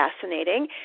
fascinating